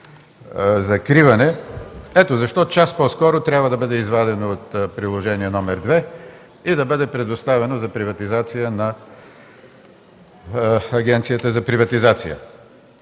закриване, ето защо час по-скоро трябва да бъде извадено от Приложение № 2 и да бъде предоставено за приватизация на Агенцията за приватизация.